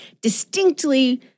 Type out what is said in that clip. distinctly